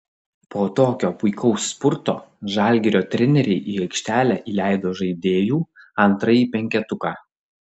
po tokio puikaus spurto žalgirio treneriai į aikštelę įleido žaidėjų antrąjį penketuką